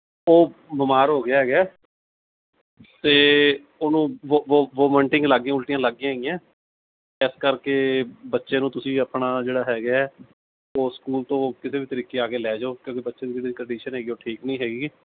ਓਹ ਬਿਮਾਰ ਹੋ ਗਿਆ ਹੈਗਾ ਹੈ ਅਤੇ ਉਹਨੂੰ ਵੋ ਵੋ ਵੋਟਿੰਗ ਲੱਗ ਗਈ ਉਲਟੀਆਂ ਲੱਗ ਗਈਆਂ ਹੈਗੀਆਂ ਇਸ ਕਰਕੇ ਬੱਚੇ ਨੂੰ ਤੁਸੀਂ ਆਪਣਾ ਜਿਹੜਾ ਹੈਗਾ ਹੈ ਓਹ ਸਕੂਲ ਤੋਂ ਕਿਸੇ ਵੀ ਤਰੀਕੇ ਆ ਕੇ ਲੈ ਜਾਓ ਕਿਉਂਕਿ ਬੱਚੇ ਦੀ ਜਿਹੜੀ ਕੰਡੀਸ਼ਨ ਹੈਗੀ ਹੈ ਉਹ ਠੀਕ ਨਹੀਂ ਹੈਗੀ